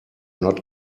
not